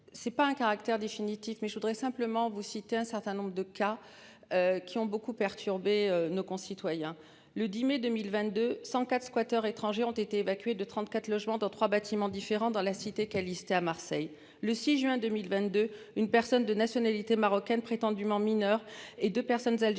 C'est pas un caractère définitif, mais je voudrais simplement vous citer un certain nombre de cas. Qui ont beaucoup perturbée nos concitoyens le 10 mai 2022. 104 squatteurs étrangers ont été évacués de 34 logements dans trois bâtiments différents dans la cité Callister à Marseille, le 6 juin 2022. Une personne de nationalité marocaine prétendument mineurs et deux personnes algériennes